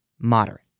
moderate